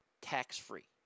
tax-free